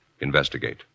Investigate